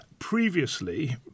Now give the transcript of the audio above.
previously